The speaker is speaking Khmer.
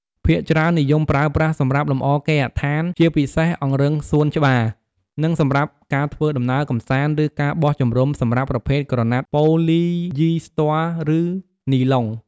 ភាគច្រើននិយមប្រើប្រាស់សម្រាប់លម្អគេហដ្ឋាន ជាពិសេសអង្រឹងសួនច្បារ និងសម្រាប់ការធ្វើដំណើរកម្សាន្ត ឬការបោះជំរុំសម្រាប់ប្រភេទក្រណាត់ប៉ូលីយីស្ទ័រឬនីឡុង។